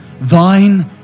thine